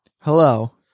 Hello